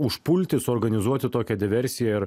užpulti suorganizuoti tokią diversiją ir